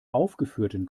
aufgeführten